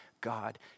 God